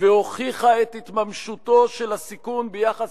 והוכיחה את התממשותו של הסיכון ביחס